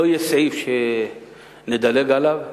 לא יהיה סעיף שנדלג עליו.